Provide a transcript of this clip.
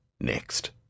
next